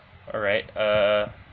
alright err